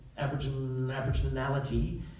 Aboriginality